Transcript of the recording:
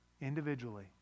individually